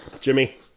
Jimmy